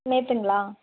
நேற்றுங்களா